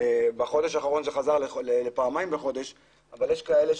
ובחודש האחרון זה חזר לפעמיים בחודש אבל יש כאלה,